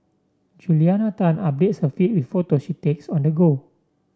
Juliana Tan updates her feed with photos she takes on the go